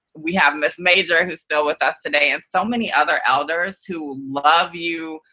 we have miss major, who's still with us today, and so many other elders who love you,